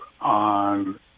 on –